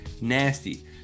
nasty